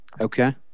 Okay